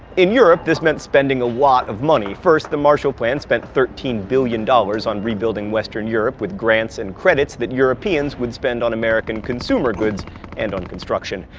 in europe this meant spending a lot of money. first the marshall plan spent thirteen billion dollars on re-building western europe with grants and credits that europeans would spend on american consumer goods and on construction.